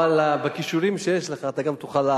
יש דברים שאני לא מדבר עליהם.